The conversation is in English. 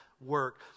work